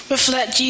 Reflect